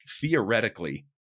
Theoretically